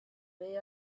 they